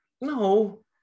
No